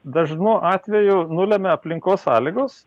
dažnu atveju nulemia aplinkos sąlygos